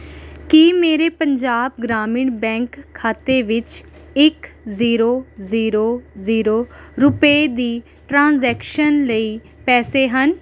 ਕੀ ਮੇਰੇ ਪੰਜਾਬ ਗ੍ਰਾਮੀਣ ਬੈਂਕ ਖਾਤੇ ਵਿੱਚ ਇੱਕ ਜ਼ੀਰੋ ਜ਼ੀਰੋ ਜ਼ੀਰੋ ਰੁਪਏ ਦੀ ਟ੍ਰਾਂਜੈਕਸ਼ਨ ਲਈ ਪੈਸੇ ਹਨ